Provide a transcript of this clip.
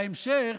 בהמשך